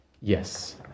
Yes